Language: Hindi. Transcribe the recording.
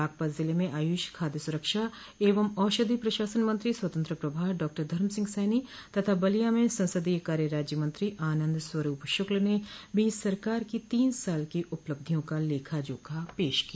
बागपत जिले में आयुष खाद्य सुरक्षा एवं औषधि प्रशासन मंत्री स्वतंत्र प्रभार डाक्टर धर्म सिंह सैनी तथा बलिया में संसदीय कार्य राज्यमंत्री आनंद स्वरूप श्रुक्ल ने भी सरकार की तीन साल की उपलब्धियों का लेखा जोखा पेश किया